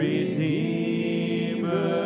Redeemer